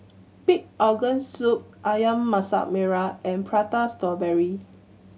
pig organ soup Ayam Masak Merah and Prata Strawberry